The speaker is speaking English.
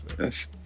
yes